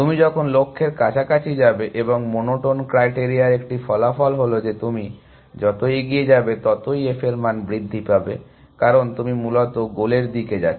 তুমি যখন লক্ষ্যের কাছাকাছি যাবে এবং মোনোটোন ক্রাইটেরিয়ার একটি ফলাফল হল যে তুমি যত এগিয়ে যাবে ততই f এর মান বৃদ্ধি পাবে কারণ তুমি মূলত গোলের দিকে যাচ্ছ